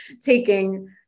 taking